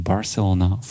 Barcelona